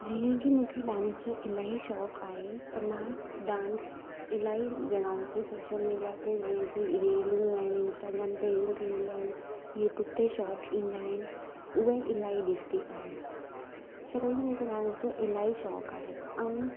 जीअं कि मूंखे डांस जो इलाही शौक़ु आहे त मां डांस इलाही जॻहयुनि ते सोशल मीडिया ते जीअं कि रीलूं आहिनि इंस्टाग्राम ते रील थींदी आहिनि यूट्यूब ते शॉट्स ईंदा आहिनि उहे इलाही ॾिसंदी आहियां छाकाणि जो मूंखे डांस जो इलाही शौक़ु आहे ऐं